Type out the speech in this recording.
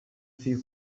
few